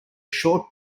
short